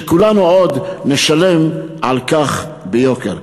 וכולנו עוד נשלם על כך ביוקר.